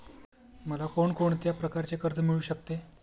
मला कोण कोणत्या प्रकारचे कर्ज मिळू शकते?